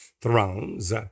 thrones